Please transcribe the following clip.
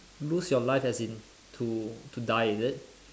lose your life as in to to die is it